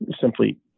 simply